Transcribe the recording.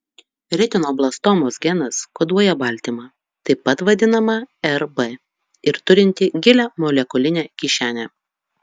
retinoblastomos genas koduoja baltymą taip pat vadinamą rb ir turintį gilią molekulinę kišenę